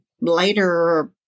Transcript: later